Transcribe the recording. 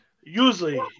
Usually